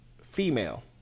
female